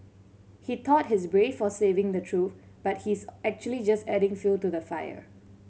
he thought he's brave for saving the truth but he's actually just adding fuel to the fire